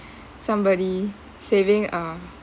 somebody saving uh